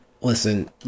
Listen